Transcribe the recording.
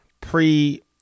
pre